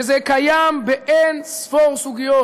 וזה קיים באין-ספור סוגיות,